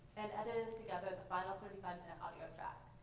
and edited together the final thirty five minute audio track.